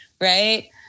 right